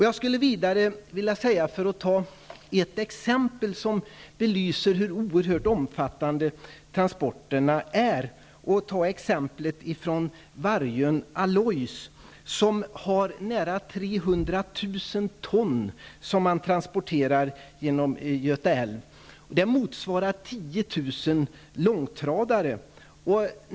Jag skulle också vilja redovisa ett exempel, som belyser hur omfattande transporterna är. Vargön Alloys transporterar nära 300 000 ton genom Göta älv. Det motsvarar 10 000 långtradare.